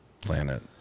planet